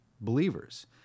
believers